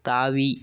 தாவி